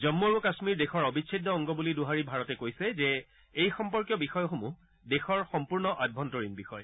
জম্মু আৰু কামীৰ দেশৰ এক অবিচ্চেদ্য অংগ বুলি দোহাৰি ভাৰতে কৈছে যে এই সম্পৰ্কীয় বিষয়সমূহ দেশৰ সম্পূৰ্ণ আভ্যন্তৰীণ বিষয়